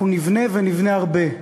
אנחנו נבנה ונבנה הרבה.